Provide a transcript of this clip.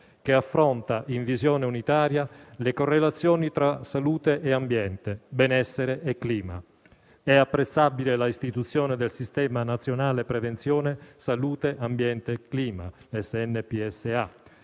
che affronta in visione unitaria le correlazioni tra salute e ambiente, benessere e clima. È apprezzabile l'istituzione del Sistema nazionale prevenzione salute, ambiente e clima (Snpsa),